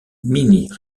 minnie